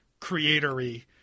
creatory